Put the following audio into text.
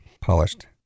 polished